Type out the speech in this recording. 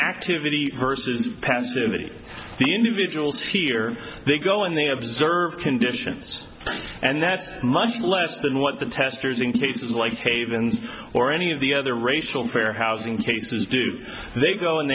activity versus pantsuit the individuals here they go in they observe conditions and that much less than what the testers in cases like haven or any of the other racial fair housing cases do they go and